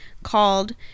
Called